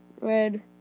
red